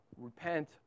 repent